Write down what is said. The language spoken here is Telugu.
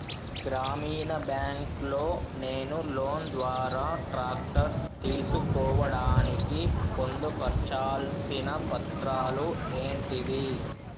గ్రామీణ బ్యాంక్ లో నేను లోన్ ద్వారా ట్రాక్టర్ తీసుకోవడానికి పొందు పర్చాల్సిన పత్రాలు ఏంటివి?